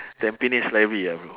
tampines library ah bro